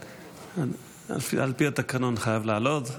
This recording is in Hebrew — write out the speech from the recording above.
על פי התקנון אתה חייב לעלות.